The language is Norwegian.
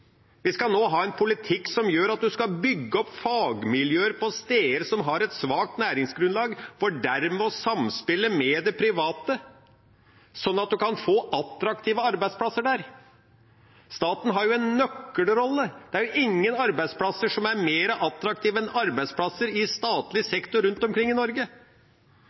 Vi skal nå ha en politikk som gjør at en kan bygge opp fagmiljøer på steder som har et svakt næringsgrunnlag, for dermed å samspille med det private, sånn at en kan få attraktive arbeidsplasser. Staten har en nøkkelrolle. Det er ingen arbeidsplasser som er mer attraktive enn arbeidsplasser i statlig sektor rundt omkring i Norge.